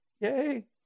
yay